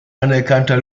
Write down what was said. anerkannter